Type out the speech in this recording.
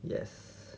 yes